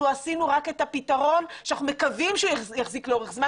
עשינו רק את הפתרון שאנחנו מקווים שהוא יחזיק לאורך זמן